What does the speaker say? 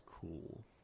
cool